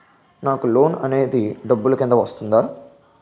నాకు లోన్ అనేది డబ్బు కిందా వస్తుందా?